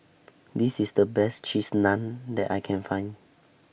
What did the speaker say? This IS The Best Cheese Naan that I Can Find